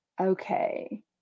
Okay